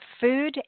food